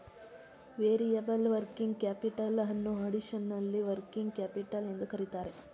variable working capital ಅನ್ನೋ additional working capital ಎಂದು ಕರಿತರೆ